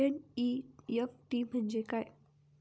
NEFT म्हणजे काय?